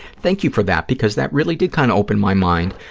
thank you for that, because that really did kind of open my mind,